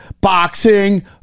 boxing